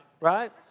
Right